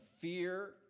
fear